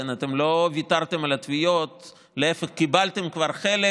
אתם לא ויתרתם על התביעות אלא להפך: כבר קיבלתם חלק,